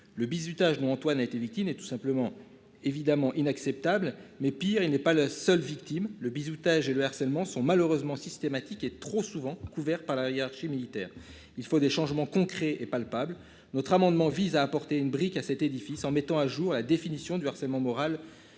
Le bizutage, Antoine a été victime et tout simplement évidemment inacceptable mais, pire, il n'est pas la seule victime le bizutage et le harcèlement sont malheureusement systématique et trop souvent couverts par la hiérarchie militaire. Il faut des changements concrets et palpables notre amendement vise à apporter une brique à cet édifice en mettant à jour la définition du harcèlement moral